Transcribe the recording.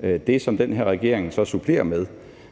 Det, som den her regering så supplerer med,